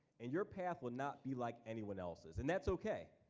and your path will not be like anyone else's and that's okay.